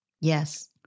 Yes